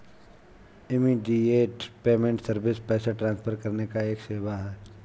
immediate payment service पैसा transfer करने का एक सेवा है